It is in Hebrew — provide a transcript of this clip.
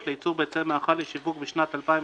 לייצור ביצי מאכל לשיווק בשנת 2018),